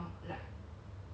cause that time